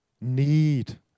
need